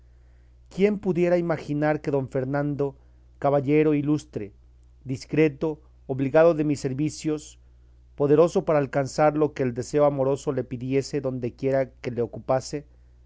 quién pudiera imaginar que don fernando caballero ilustre discreto obligado de mis servicios poderoso para alcanzar lo que el deseo amoroso le pidiese dondequiera que le ocupase